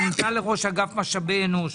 מונתה לראש משאבי אנוש